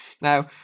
Now